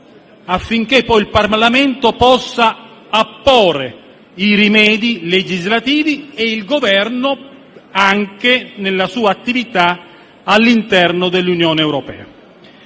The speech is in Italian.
affinché poi il Parlamento possa apporre i rimedi legislativi, così come il Governo nella sua attività all'interno dell'Unione europea.